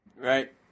Right